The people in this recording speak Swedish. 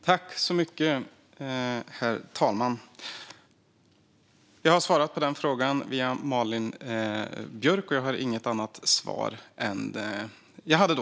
Herr talman! Jag har svarat på den frågan via Malin Larsson, och jag har inget annat svar än det jag hade då.